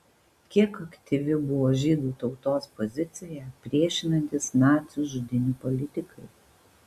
kiek aktyvi buvo žydų tautos pozicija priešinantis nacių žudynių politikai